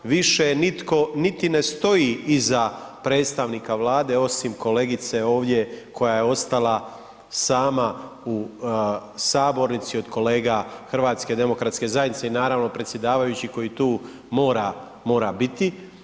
Više nitko niti ne stoji iza predstavnika Vlade osim kolegice ovdje koja je ostala sama u sabornici od kolega HDZ-a i naravno predsjedavajući koji tu mora, mora biti.